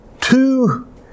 two